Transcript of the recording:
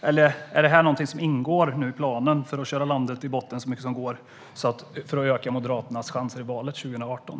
Eller är detta någonting som ingår i planen för att köra landet i botten så mycket det går för att öka Moderaternas chanser i valet 2018?